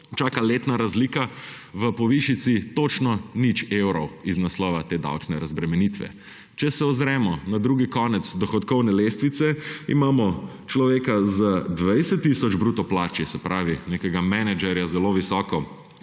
čaka letna razlika v povišici točno nič evrov iz naslova te davčne razbremenitve. Če se ozremo na drugi konec dohodkovne lestvice, imamo človeka z 20 tisoč bruto plače, se pravi nekega menedžerja, zelo visoko